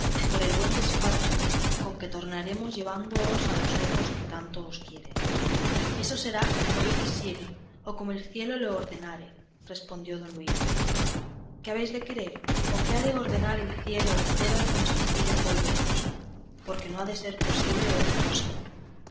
por el buen despacho con que tornaremos llevándoos a los ojos que tanto os quieren eso será como yo quisiere o como el cielo lo ordenare respondió don luis qué habéis de querer o qué ha de ordenar el cielo fuera de consentir en volveros porque no ha de ser posible otra cosa